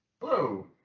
Hello